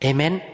Amen